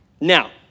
Now